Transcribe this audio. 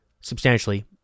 substantially